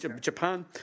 Japan